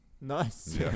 Nice